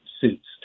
suits